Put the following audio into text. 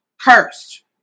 Cursed